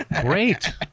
great